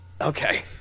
Okay